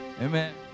Amen